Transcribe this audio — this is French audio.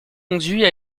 conduit